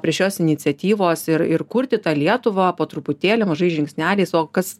prie šios iniciatyvos ir ir kurti tą lietuvą po truputėlį mažais žingsneliais o kas